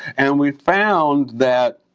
and we've found that